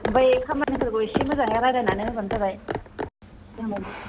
ओमफ्राय खामानिफोरखौ एसे मोजाङै रायज्लायनानै होबानो जाबाय